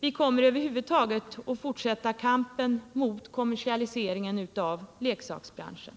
vi kommer över huvud taget att fortsätta kampen mot kommersialiseringen av leksaksbranschen.